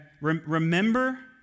remember